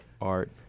art